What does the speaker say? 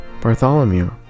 Bartholomew